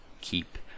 keep